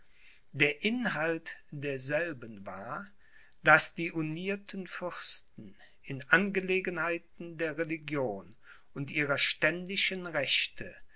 der inhalt derselben war daß die unierten fürsten in angelegenheiten der religion und ihrer ständischen rechte